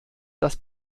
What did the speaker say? das